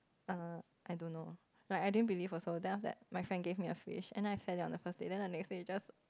err I don't know like I didn't believe also then after that my friend give me a fish and I fed it on the first day then the next day it just